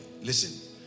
Listen